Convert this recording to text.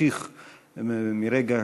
יהי זכרם ברוך.